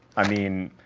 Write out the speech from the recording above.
i mean.